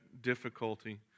difficulty